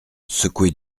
secoué